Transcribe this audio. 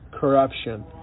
corruption